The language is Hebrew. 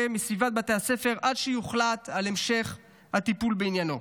מסביבת בית הספר עד שיוחלט על המשך הטיפול בעניינו.